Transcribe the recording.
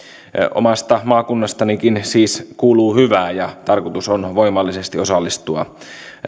omasta maakunnastanikin siis kuuluu hyvää ja tarkoitus on on voimallisesti osallistua